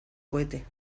cohete